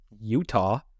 Utah